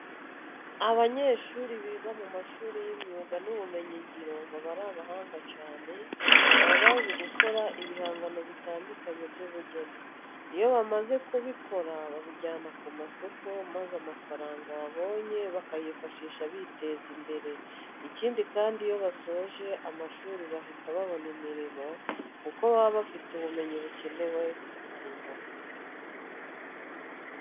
Abanyeshuri biga mu mashuri y'imyuga n'ubumenyingiro baba ari abahanga cyane, baba bazi gukora ibihangano bitandukanye by'ubugeni. Iyo bamaze kubikora babijyana ku masoko maze amafaranga babonye bakayifashisha biteza imbere. Ikindi kandi, iyo basoje amashuri bahita babona imirimo kuko baba bafite ubumenyi bukenewe ku murimo.